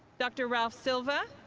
dr. ralph silva,